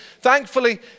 thankfully